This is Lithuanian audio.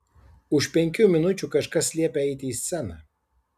už penkių minučių kažkas liepia eiti į sceną